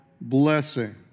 blessing